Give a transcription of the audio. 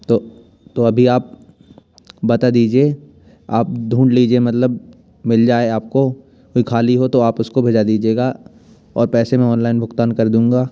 तो तो अभी आप बता दीजिए आप ढूँढ लीजिए मतलब मिल जाए आपको कोई खाली हो तो आप उसको भेजा दीजिएगा और पैसे मैं ऑनलाइन भुगतान कर दूँगा